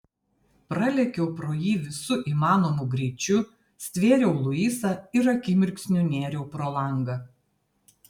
pralėkiau pro jį visu įmanomu greičiu stvėriau luisą ir akimirksniu nėriau pro langą